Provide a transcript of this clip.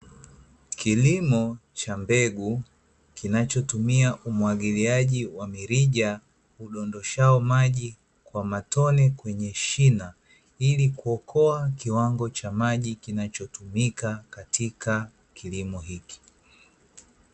Kilimo cha mbegu, kinachotumia umwagiliaji wa mirija udondoshao maji kwa matone kwenye shina, ili kuokoa kiwango cha maji kinachotumika katika kilimo hiki.